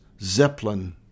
Zeppelin